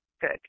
good